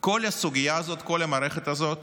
כל הסוגיה הזאת, כל המערכת הזאת